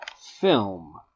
film